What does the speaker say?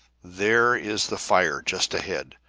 there is the fire just ahead,